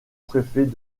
préfet